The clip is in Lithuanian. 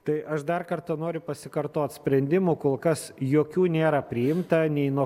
tai aš dar kartą noriu pasikartot sprendimų kol kas jokių nėra priimta nei nuo